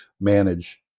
manage